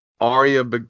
Arya